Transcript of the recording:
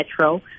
Metro